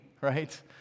right